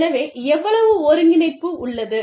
எனவே எவ்வளவு ஒருங்கிணைப்பு உள்ளது